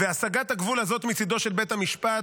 והשגת הגבול הזאת מצידו של בית המשפט,